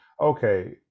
okay